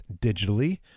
digitally